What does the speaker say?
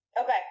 Okay